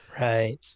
Right